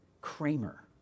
Kramer